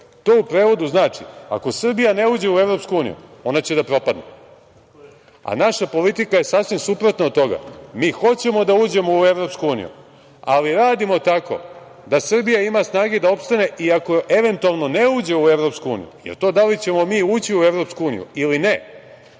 To u prevodu znači da ako Srbija ne uđe u EU, ona će da propadne. Naša politika je sasvim suprotna od toga. Mi hoćemo da uđemo u EU, ali radimo tako da Srbija ima snage da opstane i ako eventualno ne uđe u EU, jer to da li ćemo mi ući u EU ili ne,